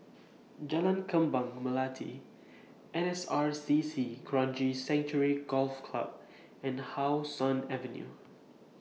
Jalan Kembang Melati N S R C C Kranji Sanctuary Golf Club and How Sun Avenue